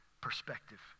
perspective